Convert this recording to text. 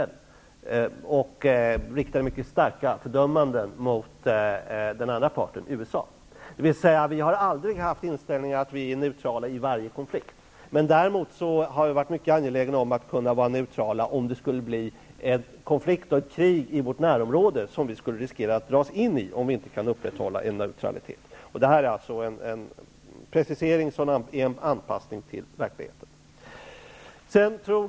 Vi riktade också mycket starka fördömanden mot den andra parten, USA. Vi har alltså aldrig haft inställningen att vi är neutrala i varje konflikt. Däremot har vi varit mycket angelägna om att kunna vara neutrala om det skulle bli en konflikt eller ett krig i vårt närområde och vi skulle riskera att dras in, om vi inte kunde upprätthålla en neutralitet. Detta är alltså en precisering som innebär en anpassning till verkligheten.